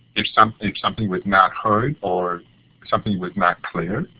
if something if something was not heard or something was not clear,